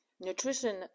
nutrition